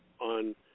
on –